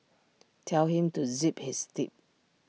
tell him to zip his lip